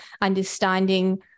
understanding